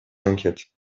m’inquiète